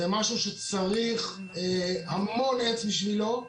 זה משהו שצריך המון עץ בשבילו,